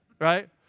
right